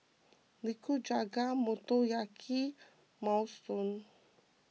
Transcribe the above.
Nikujaga Motoyaki and Minestrone